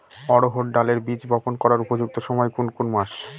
অড়হড় ডালের বীজ বপন করার উপযুক্ত সময় কোন কোন মাস?